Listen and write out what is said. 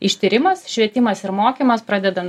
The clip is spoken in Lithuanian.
ištyrimas švietimas ir mokymas pradedan